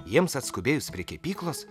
jiems atskubėjus prie kepyklos